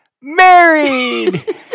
married